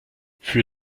für